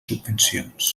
subvencions